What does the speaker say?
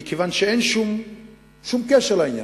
מכיוון שאין שום קשר לעניין,